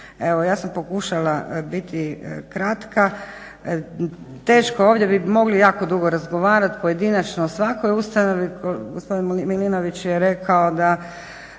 Evo ja sam pokušala biti kratka. Teško, ovdje bi mogli jako dugo razgovarati pojedinačno o svakoj ustanovi, gospodin Milinović je rekao